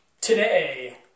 Today